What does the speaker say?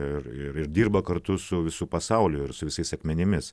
ir dirba kartu su visu pasauliu ir su visais akmenimis